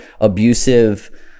abusive